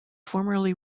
formerly